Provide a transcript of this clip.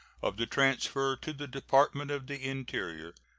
of the transfer to the department of the interior,